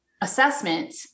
assessment